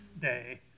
day